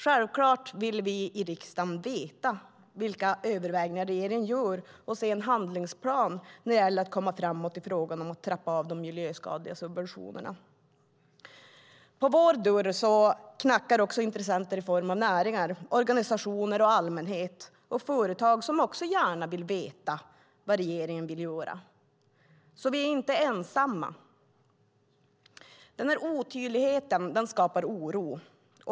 Självklart vill vi i riksdagen veta vilka överväganden regeringen gör och se en handlingsplan när det gäller att komma framåt i frågan om att trappa av de miljöskadliga subventionerna. På vår dörr knackar också intressenter i form av näringar, organisationer, allmänhet och företagare som också gärna vill veta vad regeringen vill göra, så vi är inte ensamma. Otydligheten skapar oro.